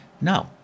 No